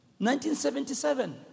1977